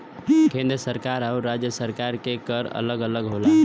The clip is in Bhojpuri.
केंद्र सरकार आउर राज्य सरकार के कर अलग अलग होला